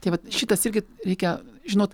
tai vat šitas irgi reikia žinot